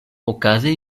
okaze